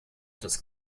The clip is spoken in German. das